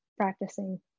practicing